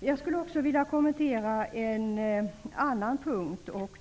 Jag vill också kommentera en annan punkt.